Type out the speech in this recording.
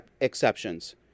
exceptions